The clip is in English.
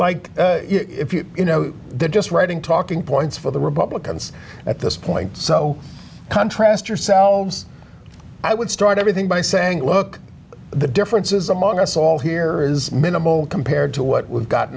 like you know they're just writing talking points for the republicans at this point so contrast yourselves i would start everything by saying look the differences among us all here is minimal compared to what we've got